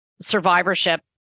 survivorship